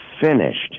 finished